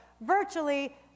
virtually